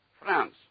France